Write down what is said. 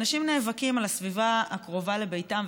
אנשים נאבקים על הסביבה הקרובה לביתם,